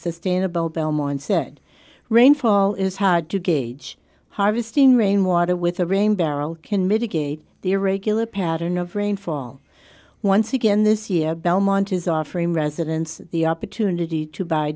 sustainable belmont said rainfall is hard to gauge harvesting rainwater with a rain barrel can mitigate the irregular pattern of rainfall once again this year belmont is offering residents the opportunity to buy